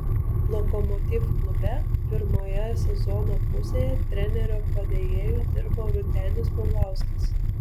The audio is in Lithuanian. lokomotiv klube pirmoje sezono pusėje trenerio padėjėju dirbo rūtenis paulauskas